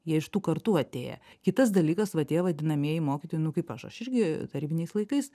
jie iš tų kartų atėję kitas dalykas va tie vadinamieji mokytojai nu kaip aš aš irgi tarybiniais laikais